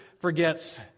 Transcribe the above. forgets